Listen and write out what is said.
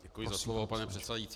Děkuji za slovo, pane předsedající.